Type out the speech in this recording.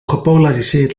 gepolariseerd